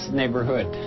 neighborhood